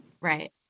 Right